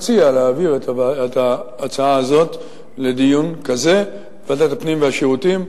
אציע להעביר את ההצעה הזאת לדיון כזה בוועדת הפנים והשירותים.